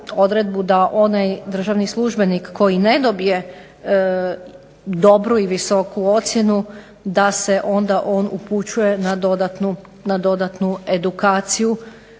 da onaj državni službenik koji ne dobije dobru i visoku ocjenu da se onda on upućuje na dodatnu edukaciju,